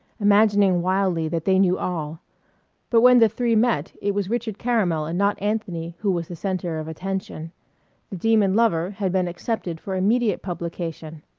imagining wildly that they knew all but when the three met it was richard caramel and not anthony who was the centre of attention the demon lover had been accepted for immediate publication.